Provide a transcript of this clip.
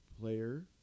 player